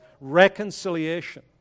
reconciliation